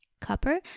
Copper